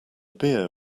beer